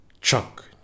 Chuck